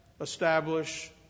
establish